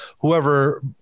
whoever